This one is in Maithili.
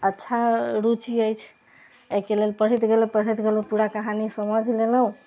अच्छा रूचि अछि एहिके लेल पढ़ैत गेलहुॅं पढ़ैत गेलहुॅं पूरा कहानी समझ लेलहुॅं